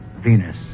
Venus